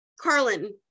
Carlin